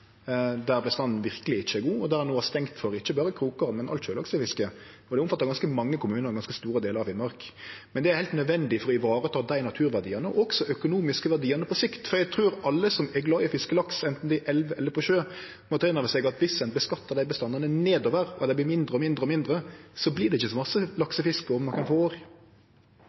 der bestanden verkeleg ikkje er god, og der ein no har stengt for ikkje berre krokgarn, men alt sjølaksefiske. Det omfattar ganske mange kommunar og ganske store delar av Finnmark. Men det er heilt nødvendig for å vareta dei naturverdiane og også dei økonomiske verdiane på sikt, for eg trur alle som er glad i å fiske laks, anten det er i elv eller på sjø, må ta inn over seg at viss ein utnyttar dei bestandane nedover og dei vert mindre og mindre, vert det ikkje så mykje laksefiske om nokre få år.